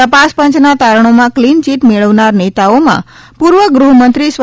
તપાસપંચના તારણોમાં કલીનચીટ મેળવનાર નેતાઓમાં પૂર્વ ગૃહમંત્રી સ્વ